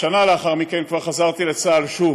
כשנה לאחר מכן כבר חזרתי לצה"ל שוב,